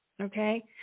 okay